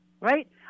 right